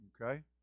Okay